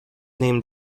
named